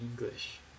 English